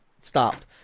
stopped